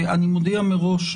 אני מודיע מראש,